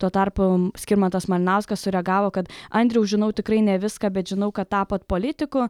tuo tarpu skirmantas malinauskas sureagavo kad andriau žinau tikrai ne viską bet žinau kad tapot politiku